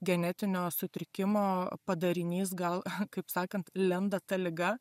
genetinio sutrikimo padarinys gal kaip sakant lenda ta liga